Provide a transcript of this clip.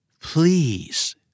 Please